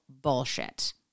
bullshit